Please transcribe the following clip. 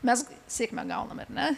mes sėkmę gauname ar ne